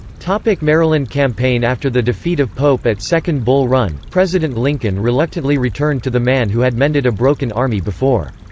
like maryland campaign after the defeat of pope at second bull run, president lincoln reluctantly returned to the man who had mended a broken army before.